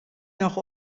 noch